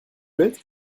bête